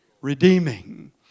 redeeming